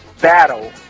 battle